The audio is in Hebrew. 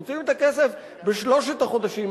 מוציאים את הכסף בשלושת החודשים,